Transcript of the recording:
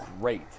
Great